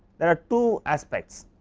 there are two aspects.